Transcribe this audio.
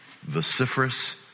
vociferous